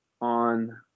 on